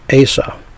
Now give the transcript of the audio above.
Asa